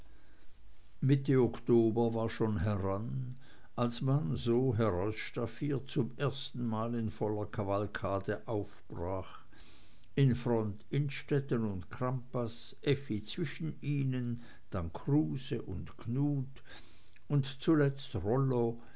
mitte oktober war schon heran als man so herausstaffiert zum erstenmal in voller kavalkade aufbrach in front innstetten und crampas effi zwischen ihnen dann kruse und knut und zuletzt rollo